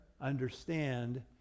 understand